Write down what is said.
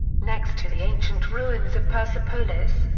next to the ancient ruins of persepolis,